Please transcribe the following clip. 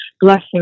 blessing